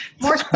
more